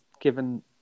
given